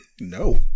No